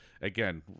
again